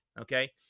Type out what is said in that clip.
okay